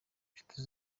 inshuti